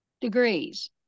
degrees